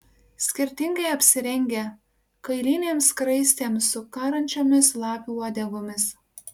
skirtingai apsirengę kailinėm skraistėm su karančiomis lapių uodegomis